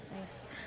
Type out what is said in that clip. Nice